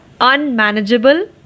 unmanageable